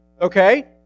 okay